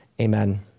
Amen